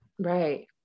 Right